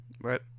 Right